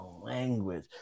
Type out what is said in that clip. language